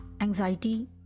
anxiety